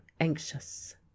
anxious